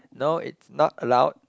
no it's not allowed